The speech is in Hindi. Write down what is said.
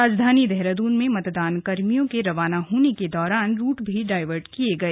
राजधानी देहरादून में मतदानकर्भियों के रवाना होने के दौरान रूट भी डायवर्ट किये गए